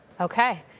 Okay